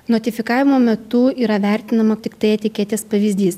notifikavimo metu yra vertinama tiktai etiketės pavyzdys